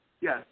yes